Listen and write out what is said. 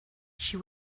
she